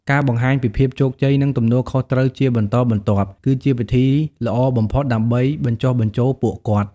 ការបង្ហាញពីភាពជោគជ័យ និងទំនួលខុសត្រូវជាបន្តបន្ទាប់ គឺជាវិធីល្អបំផុតដើម្បីបញ្ចុះបញ្ចូលពួកគាត់។